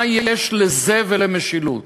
מה לזה ולמשילות?